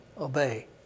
obey